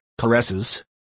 caresses